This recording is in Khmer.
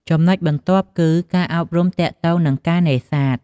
ចំណែុចបន្ទាប់គឺ ការអប់រំទាក់ទងនឹងការនេសាទ។